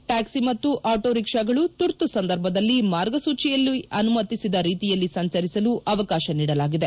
taxi ಮತ್ತು ಆಟೋರಿಕ್ಷಾಗಳು ತುರ್ತು ಸಂದರ್ಭದಲ್ಲಿ ಮಾರ್ಗಸೂಚಿಯಲ್ಲಿ ಅನುಮತಿಸಿದ ರೀತಿಯಲ್ಲಿ ಸಂಚರಿಸಲು ಅವಕಾಶ ನೀಡಲಾಗಿದೆ